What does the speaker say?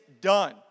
done